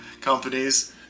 companies